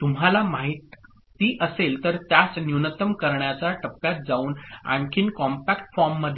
तुम्हाला माहिती असेल तर त्यास न्यूनतम करण्याच्या टप्प्यात जाऊन आणखी कॉम्पॅक्ट फॉर्ममध्ये टाका